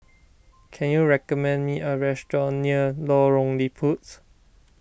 can you recommend me a restaurant near Lorong Liput